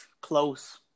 close